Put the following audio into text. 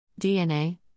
DNA